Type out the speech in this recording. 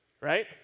right